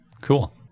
Cool